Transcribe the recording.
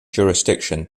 jurisdiction